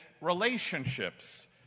relationships